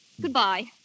Goodbye